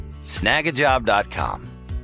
snagajob.com